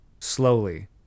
Slowly